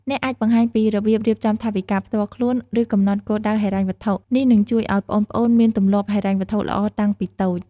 អ្នកអាចបង្ហាញពីរបៀបរៀបចំថវិកាផ្ទាល់ខ្លួន ឬកំណត់គោលដៅហិរញ្ញវត្ថុ នេះនឹងជួយឱ្យប្អូនៗមាន ទម្លាប់ហិរញ្ញវត្ថុល្អ តាំងពីតូច ។